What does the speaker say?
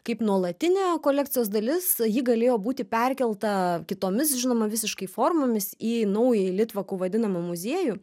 kaip nuolatinė kolekcijos dalis ji galėjo būti perkelta kitomis žinoma visiškai formomis į naująjį litvakų vadinamą muziejų